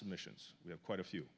submissions we have quite a few